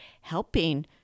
helping